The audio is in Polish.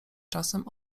czasem